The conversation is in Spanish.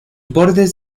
bordes